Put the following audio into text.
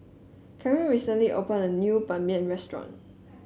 Caryn recently opened a new Ban Mian restaurant